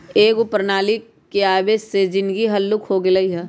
एकेगो प्रणाली के आबे से जीनगी हल्लुक हो गेल हइ